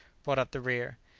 brought up the rear.